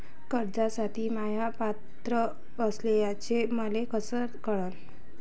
कर्जसाठी म्या पात्र असल्याचे मले कस कळन?